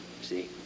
See